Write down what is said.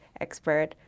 expert